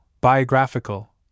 biographical